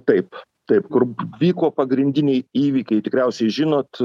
taip taip kur vyko pagrindiniai įvykiai tikriausiai žinot